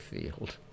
field